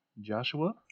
Joshua